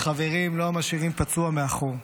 וחברים לא משאירים פצוע מאחור.